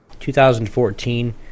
2014